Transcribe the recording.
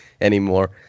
anymore